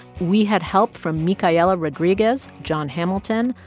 we had help from micaela rodriguez, jon hamilton,